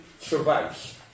survives